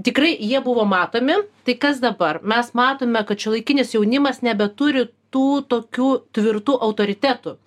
tikrai jie buvo matomi tai kas dabar mes matome kad šiuolaikinis jaunimas nebeturi tų tokių tvirtų autoritetų